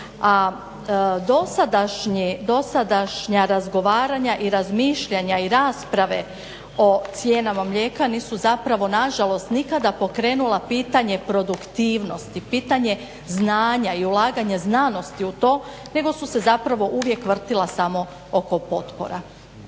A dosadašnja razgovaranja i razmišljanja i rasprave o cijenama mlijeka nisu zapravo na žalost nikada pokrenula pitanje produktivnosti, pitanje znanja i ulaganja znanosti u to, nego su se zapravo uvijek vrtila samo oko potpora